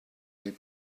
made